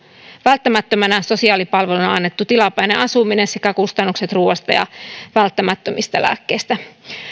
välttämättömänä sosiaalipalveluna annettu tilapäinen asuminen sekä kustannukset ruoasta ja välttämättömistä lääkkeistä